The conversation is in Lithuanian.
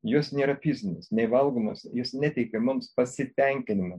jos nėra fizinės nei valgomos jos neteikia mums pasitenkinimo